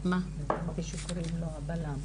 --- הבנתי שקוראים לו הבל"מ.